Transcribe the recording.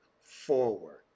forward